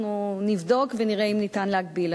אנחנו נבדוק ונראה אם ניתן להגדיל.